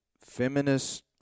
feminist